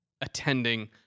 attending